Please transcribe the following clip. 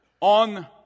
on